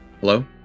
Hello